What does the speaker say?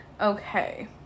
okay